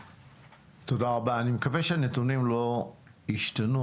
אני מקווה שהנתונים לא השתנו,